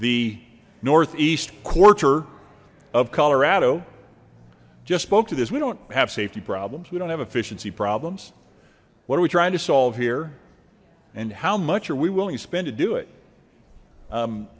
the northeast quarter of colorado just spoke to this we don't have safety problems we don't have efficiency problems what are we trying to solve here and how much are we willing to spend to do it